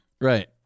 right